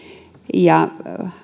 ja